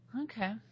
Okay